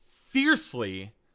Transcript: fiercely